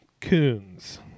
coons